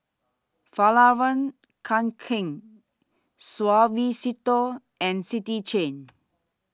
Fjallraven Kanken Suavecito and City Chain